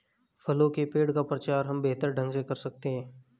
फलों के पेड़ का प्रचार हम बेहतर ढंग से कर सकते हैं